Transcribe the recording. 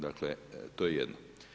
Dakle, to je jedno.